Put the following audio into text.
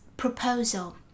Proposal